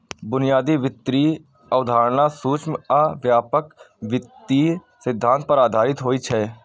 बुनियादी वित्तीय अवधारणा सूक्ष्म आ व्यापक वित्तीय सिद्धांत पर आधारित होइ छै